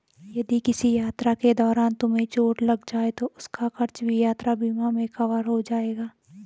यदि किसी यात्रा के दौरान तुम्हें चोट लग जाए तो उसका खर्च भी यात्रा बीमा में कवर हो जाएगा